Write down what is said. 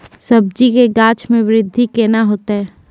सब्जी के गाछ मे बृद्धि कैना होतै?